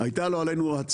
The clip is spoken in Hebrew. לא עלינו,